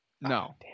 No